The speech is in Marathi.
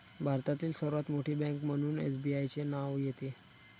भारतातील सर्वात मोठी बँक म्हणून एसबीआयचे नाव येते